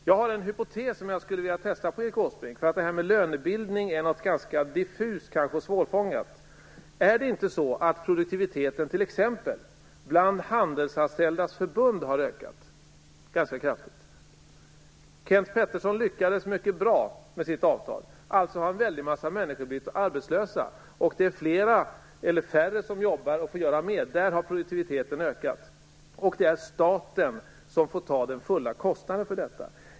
Jag har en hypotes som jag skulle vilja testa på Erik Åsbrink. Det här med lönebildning är något ganska diffust och svårfångat. Är det inte så att produktiviteten t.ex. bland handelsanställda har ökat ganska kraftigt? Kenth Pettersson lyckades mycket bra med sitt avtal. Alltså har en väldig massa människor blivit arbetslösa. Det är färre som jobbar och får göra mer. Där har produktiviteten ökat. Det är staten som får ta den fulla kostnaden för detta.